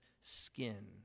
skin